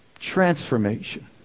transformation